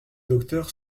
docteur